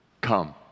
Come